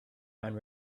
and